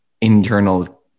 internal